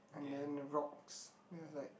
and then the rocks it's like